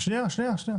שנייה, שנייה.